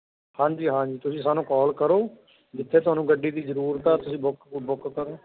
ਹਾਂਜੀ ਹਾਂਜੀ ਤੁਸੀਂ ਸਾਨੂੰ ਕਾਲ ਕਰੋ ਜਿੱਥੇ ਤੁਹਾਨੂੰ ਗੱਡੀ ਦੀ ਜ਼ਰੂਰਤ ਆ ਤੁਸੀਂ ਬੁੱਕ ਬੁੱਕ ਕਰੋ